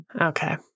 Okay